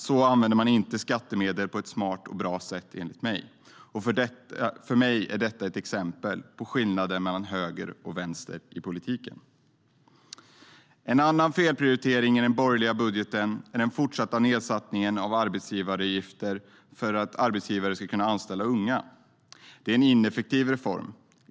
Så använder man inte skattemedel på ett smart och bra sätt enligt mig. För mig är detta ett exempel på skillnaden mellan höger och vänster i politiken. En annan felprioritering i den borgerliga budgeten är den fortsatta nedsättningen av arbetsgivaravgifter för att arbetsgivare ska kunna anställda unga. Det är en ineffektiv reform.